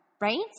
Right